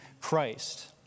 Christ